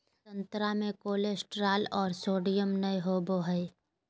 संतरा मे कोलेस्ट्रॉल और सोडियम नय होबय हइ